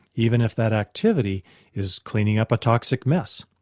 even if that activity is cleaning up a toxic mess.